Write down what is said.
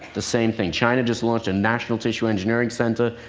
the same thing. china just launched a national tissue-engineering center.